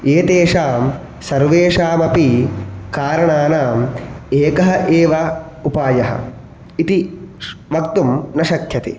एतेषां सर्वेषामपि कारणानाम् एकः एव उपायः इति वक्तुं न शक्यते